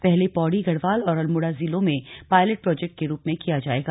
पहले पौड़ी गढ़वाल और अल्मोड़ा जिलों में पायलट प्रोजेक्ट के रूप में किया जाएगा